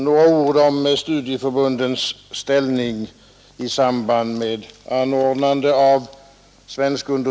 Herr talman!